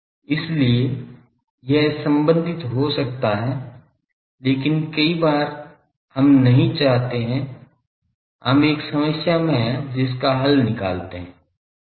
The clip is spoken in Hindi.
इसलिए यह संबंधित हो सकता है लेकिन कई बार हम नहीं चाहते हैं हम एक समस्या में हैं जिसका हल निकालते हैं